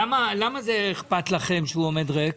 למה זה אכפת לכם, שהוא עומד ריק?